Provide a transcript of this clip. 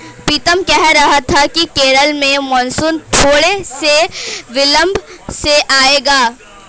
पीतम कह रहा था कि केरल में मॉनसून थोड़े से विलंब से आएगा